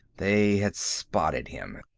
they had spotted him.